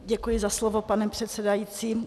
Děkuji za slovo, pane předsedající.